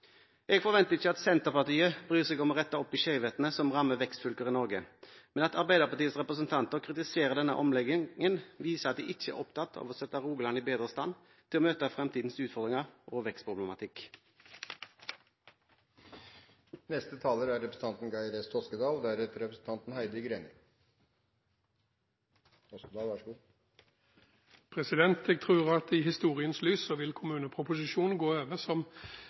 Jeg forventer ikke at Senterpartiet bryr seg om å rette opp i skjevhetene som rammer vekstfylker i Norge, men at Arbeiderpartiets representanter kritiserer denne omleggingen, viser at de ikke er opptatt av å sette Rogaland i bedre stand til å møte fremtidens utfordringer og vekstproblematikk. I historiens lys tror jeg at kommuneproposisjonen vil bli sett på som noe som verken var verre eller bedre enn det vi hadde vent oss til i